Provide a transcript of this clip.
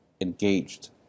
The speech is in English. engaged